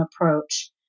approach